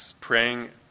praying